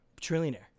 Trillionaire